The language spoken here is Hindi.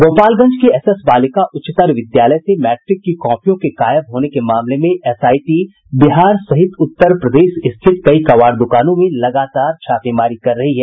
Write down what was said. गोपालगंज के एसएस बालिका उच्चतर विद्यालय से मैट्रिक की कॉपियों के गायब होने के मामले में एसआईटी बिहार सहित उत्तर प्रदेश स्थित कई कबाड़ दुकानों में लगातार छापेमारी कर रही है